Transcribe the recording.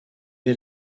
dir